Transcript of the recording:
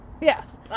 yes